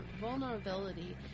vulnerability